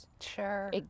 Sure